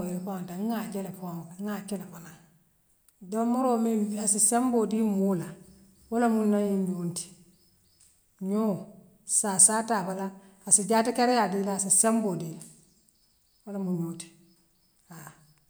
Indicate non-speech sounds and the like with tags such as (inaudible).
(unintelligible) ŋaa kele foon ŋaa kele fanda domoroo miŋ assi semboo dii moola woolemu naňiŋ ňoo ti ňoo sassaa taa a bala assi jaatakariaa diila assi semboo diila woo lemu ňoo ti.